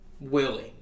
willing